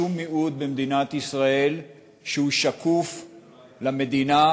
שום מיעוט במדינת ישראל לא יהיה שקוף למדינה,